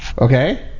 okay